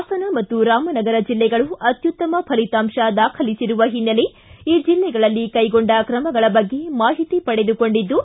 ಹಾಸನ ಮತ್ತು ರಾಮನಗರ ಜಿಲ್ಲೆಗಳು ಅತ್ಯುತ್ತಮ ಫಲಿತಾಂಶ ದಾಖಲಿಸಿರುವ ಹಿನ್ನೆಲೆ ಈ ಜಿಲ್ಲೆಗಳಲ್ಲಿ ಕೈಗೊಂಡ ಕ್ರಮಗಳ ಬಗ್ಗೆ ಮಾಹಿತಿ ಪಡೆದುಕೊಂಡಿದ್ದು